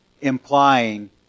implying